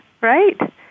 right